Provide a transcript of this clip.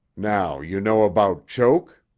now you know about choke?